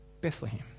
Bethlehem